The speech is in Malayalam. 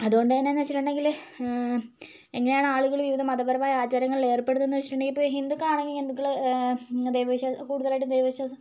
അതുകൊണ്ട് തന്നെന്ന് വെച്ചിട്ടുണ്ടെങ്കില് എങ്ങനെയാണ് ആളുകൾ ഇങ്ങനെ മതപരമായ ആചാരങ്ങളിൽ ഏർപ്പെടുന്നത് എന്ന് വെച്ചിട്ടുണ്ടെങ്കില് ഇനി ഇപ്പോൾ ഹിന്ദുക്കളാണെങ്കിൽ ഹിന്ദുക്കള് ദൈവവിശ്വാസ് കൂടുതലായിട്ട് ദൈവവിശ്വാസം